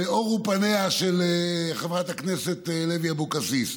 ואורו פניה של חברת הכנסת לוי אבקסיס.